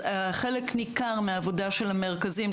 חלק ניכר מהעבודה של המרכזים,